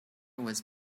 was